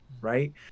right